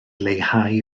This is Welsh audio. leihau